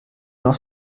noch